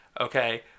okay